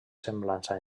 semblança